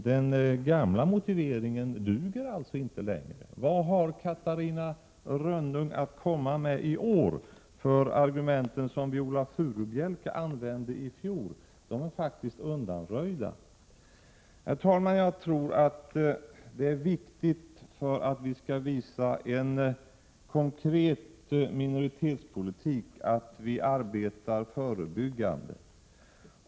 Den gamla motiveringen duger ju inte längre. Vad har Catarina Rönnung att komma med i år, med tanke på att de argument som Viola Furubjelke använde i fjol faktiskt är undanröjda? Herr talman! Jag tror att det är viktigt, om vi skall visa en konkret minoritetspolitik, att vi arbetar förebyggande.